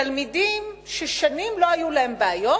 תלמידים ששנים לא היו להם בעיות,